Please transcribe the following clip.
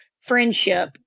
friendship